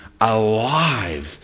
alive